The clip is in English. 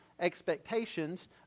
expectations